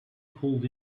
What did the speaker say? pulled